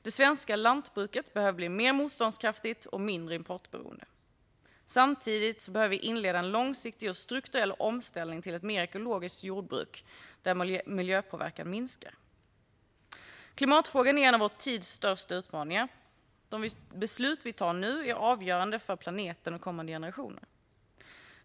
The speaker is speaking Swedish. Det svenska lantbruket behöver bli mer motståndskraftigt och mindre importberoende. Samtidigt behöver vi inleda en långsiktig och strukturell omställning till ett mer ekologiskt jordbruk där miljöpåverkan minskar. Klimatfrågan är en av vår tids största utmaningar. De beslut vi tar nu är avgörande för planeten de kommande generationerna.